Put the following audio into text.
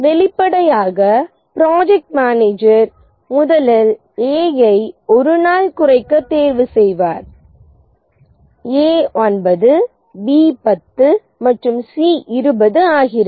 வெளிப்படையாக project manager முதலில் A ஐ 1 நாள் குறைக்க தேர்வு செய்வார் A 9 B 10 மற்றும் C 20 ஆகிறது